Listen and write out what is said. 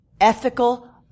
ethical